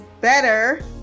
better